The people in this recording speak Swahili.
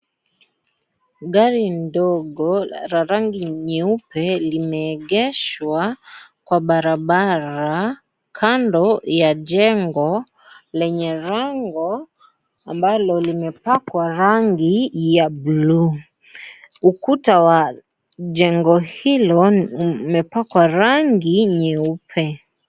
Gari ndogo la rangi nyeupe limeegeshwa kwa barabara kando ya jengo lenye lango ambalo limepakwa rangi ya blue . Ukuta wa jengo hilo umepakwa rangi nyeupe.